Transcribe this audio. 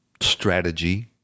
strategy